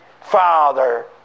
Father